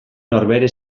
norbere